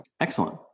Excellent